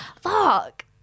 Fuck